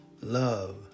Love